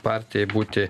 partijai būti